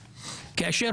יש כאן נימה מתנשאת.